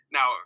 Now